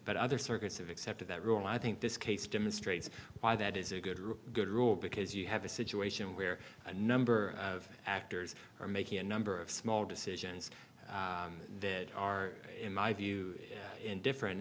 but other circuits have accepted that rule i think this case demonstrates why that is a good rule good rule because you have a situation where a number of actors are making a number of small decisions that are in my view in different